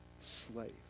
slave